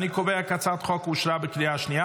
אני קובע כי הצעת החוק אושרה בקריאה השנייה.